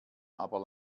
aber